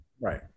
right